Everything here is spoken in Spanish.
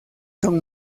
son